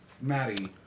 Maddie